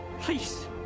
Please